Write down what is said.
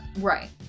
Right